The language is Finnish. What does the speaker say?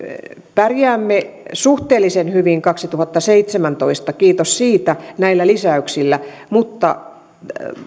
pärjäämme suhteellisen hyvin kaksituhattaseitsemäntoista kiitos siitä näillä lisäyksillä mutta